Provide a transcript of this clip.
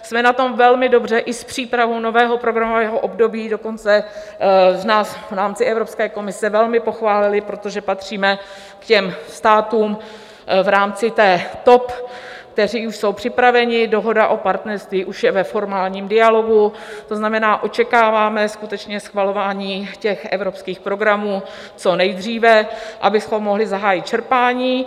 Jsme na tom velmi dobře i s přípravou nového programového období, dokonce nás v rámci Evropské komise velmi pochválili, protože patříme k těm státům v rámci té top, kteří jsou připraveni, dohoda o partnerství už je ve formálním dialogu, to znamená, očekáváme skutečně schvalování evropských programů co nejdříve, abychom mohli zahájit čerpání.